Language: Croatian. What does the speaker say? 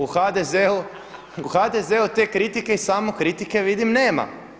U HDZ-u te kritike i samokritike vidim nema.